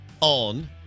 on